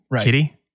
Kitty